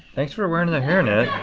thanks for wearing the hair net.